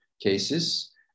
cases